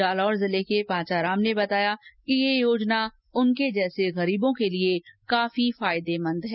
जालौर जिले के पाचाराम ने बताया कि यह योजना उनके जैसे गरीबों के लिये फायदेमंद है